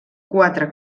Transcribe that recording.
quatre